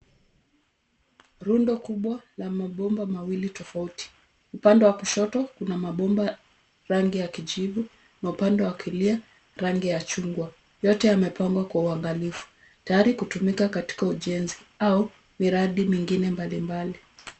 Rundo kubwa la mabomba mawili tofauti. Upande wa kushoto kuna mabomba rangi ya kijivu na upande wa kulia rangi ya chungwa. Yote yamepangwa kwa uangalifu tayari kutumika katika ujenzi au miradi mengine mbalimbali.